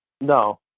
No